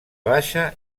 baixa